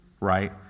right